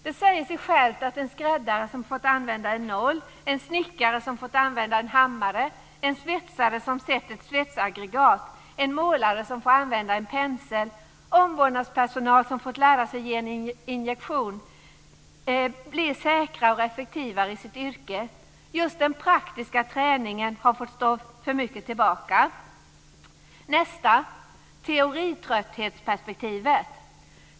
Det säger sig självt att en skräddare som fått använda en nål, en snickare som fått använda en hammare, en svetsare som sett ett svetsaggregat, en målare som får använda en pensel och omvårdnadspersonal som fått lära sig ge en injektion blir säkrare och effektivare i sitt yrke. Just den praktiska träningen har fått stå för mycket tillbaka. För det femte gäller det teoritrötthetsperspektivet.